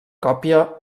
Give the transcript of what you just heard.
còpia